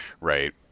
right